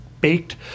baked